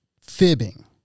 fibbing